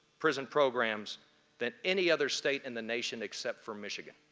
prison programs than any other state in the nation except for michigan.